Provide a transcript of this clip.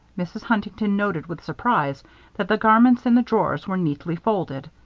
mrs. huntington noted with surprise that the garments in the drawers were neatly folded.